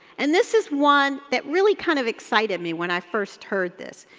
and this is one that really kind of excited me when i first heard this,